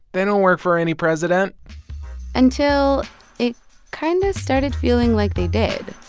they don't work for any president until it kind of started feeling like they did